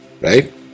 Right